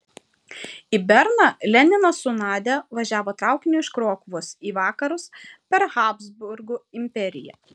į berną leninas su nadia važiavo traukiniu iš krokuvos į vakarus per habsburgų imperiją